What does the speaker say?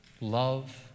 love